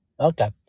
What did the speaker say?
Okay